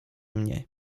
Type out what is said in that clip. mnie